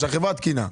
שהחברה תקינה?